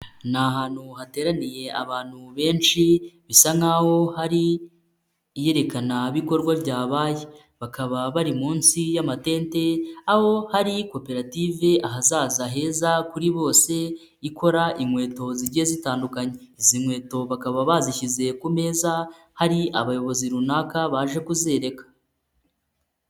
Ni ahantu hateraniye abantu benshi, bisa nkaho hari iyerekanabikorwa ryabaye, bakaba bari munsi y'amatente, aho hari koperative Ahazaza heza kuri bose, ikora inkweto zigiye zitandukanye, izi nkweto bakaba bazishyize ku meza, hari abayobozi runaka, baje kuzereka.